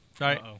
Right